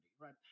right